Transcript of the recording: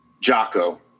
Jocko